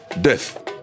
death